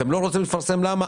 אתם לא רוצים לפרסם למה?